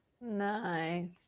Nice